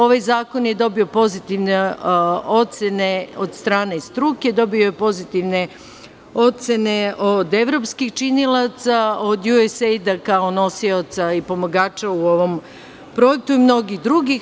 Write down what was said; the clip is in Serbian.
Ovaj zakon je dobio pozitivne ocene od strane struke, dobio je pozitivne ocene od evropskih činilaca, od USAID, kao nosioca i pomagača u ovom projektu, i mnogi drugih.